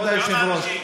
כמה אנשים?